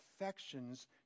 affections